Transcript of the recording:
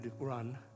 run